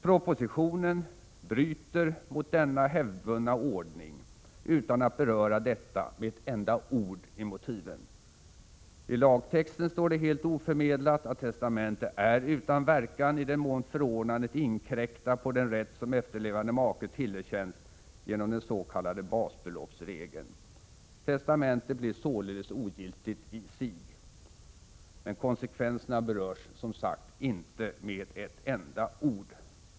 Propositionen bryter mot denna hävdvunna ordning utan att beröra detta med ett enda ord i motiven. I lagtexten står det helt oförmedlat att testamente är utan verkan i den mån förordnandet inkräktar på den rätt som efterlevande make tillerkänns genom den s.k. basbeloppsregeln. Testamentet blir således ogiltigt i sig. Men konsekvenserna berörs, som sagt, inte med ett enda ord.